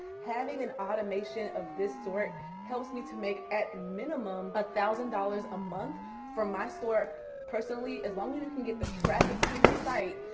having an automation of this store helps me to make at minimum, a thousand dollars a month from my store, personally, as long as you can get the traffic to your site,